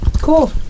Cool